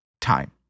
time